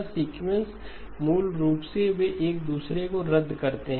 यह sequence operation मूल रूप से वे एक दूसरे को रद्द करते हैं